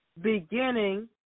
beginning